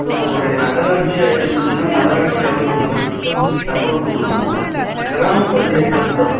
உங்களோடய நகராட்சியாக இருந்துச்சுன்னால் நகராட்சி அலுவலருக்கிட்ட தகவல் கொடுக்குணும் கிராம பஞ்சாயத்தாக இருந்தால்